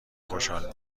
خوشحال